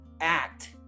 act